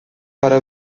para